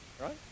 right